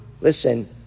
listen